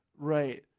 Right